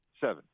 Seven